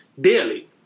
daily